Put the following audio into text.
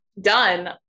done